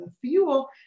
fuel